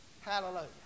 Hallelujah